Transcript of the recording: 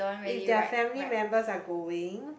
if they're family members are going